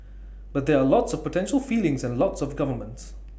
but there are lots of potential feelings and lots of governments